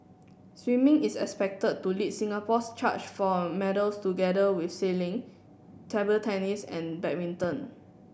swimming is expected to lead Singapore's charge for medals together with sailing table tennis and badminton